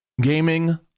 gaming